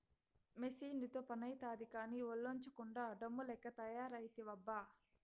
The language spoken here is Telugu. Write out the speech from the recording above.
మెసీనుతో పనైతాది కానీ, ఒల్లోంచకుండా డమ్ము లెక్క తయారైతివబ్బా